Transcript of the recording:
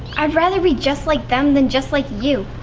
i'd rather be just like them, than just like you.